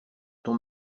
ton